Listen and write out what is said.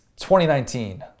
2019